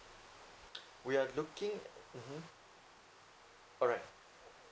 we are looking mmhmm alright